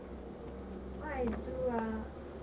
what I do ah